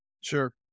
Sure